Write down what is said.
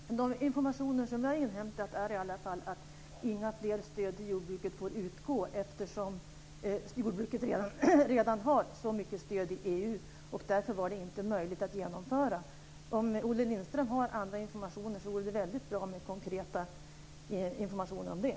Herr talman! Den information som jag har inhämtat är i alla fall att det inte får utgå några fler stöd till jordbruket, eftersom det redan har så mycket stöd. Därför var det inte möjligt att genomföra en nedsättning. Om Olle Lindström har andra informationer vore det väldigt bra att få konkreta upplysningar om det.